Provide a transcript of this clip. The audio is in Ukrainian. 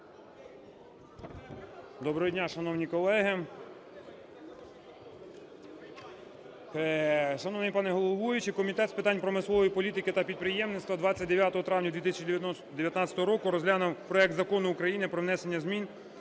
Доброго дня, шановні колеги. Шановний пане головуючий, Комітет з питань промислової політики та підприємництва 29 травня 2019 року розглянув проект Закону України про внесення змін